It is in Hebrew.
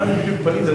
מה זה בדיוק פליט?